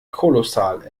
kolossal